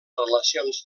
relacions